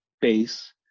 base